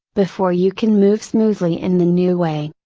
before you can move smoothly in the new way.